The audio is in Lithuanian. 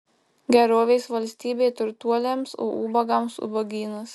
gerovės valstybė turtuoliams o ubagams ubagynas